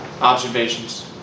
Observations